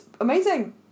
Amazing